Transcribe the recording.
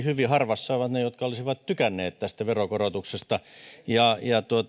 hyvin harvassa ovat ne jotka olisivat tykänneet tästä veronkorotuksesta ja